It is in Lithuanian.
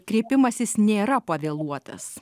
kreipimasis nėra pavėluotas